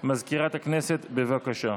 מזכירת הכנסת, בבקשה.